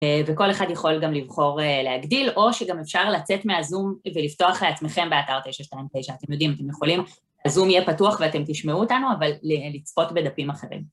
וכל אחד יכול גם לבחור להגדיל, או שגם אפשר לצאת מהזום כדי לפתוח לעצמכם באתר 929. אתם יודעים, אתם יכולים, הזום יהיה פתוח ואתם תשמעו אותנו, אבל לצפות בדפים אחרים.